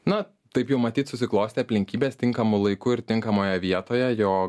na taip jau matyt susiklostė aplinkybės tinkamu laiku ir tinkamoje vietoje jog